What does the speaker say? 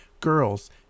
girls